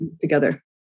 together